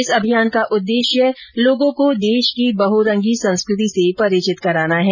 इस अभियान का उद्देश्य लोगों को देश की बहुरंगी संस्कृति से परिचित कराना है